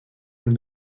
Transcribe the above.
when